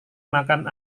makan